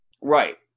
right